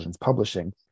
publishing